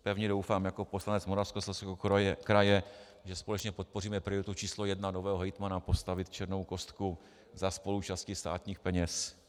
Pevně doufám jako poslanec Moravskoslezského kraje, že společně podpoříme prioritu číslo jedna nového hejtmana postavit černou kostku za spoluúčasti státních peněz.